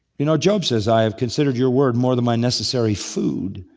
you know, job says, i have considered your word more than my necessary food.